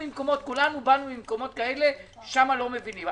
כולנו באנו ממקומות כאלה שבהם לא מבינים.